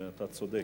ואתה צודק.